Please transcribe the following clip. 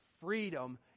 freedom